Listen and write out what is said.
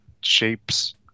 shapes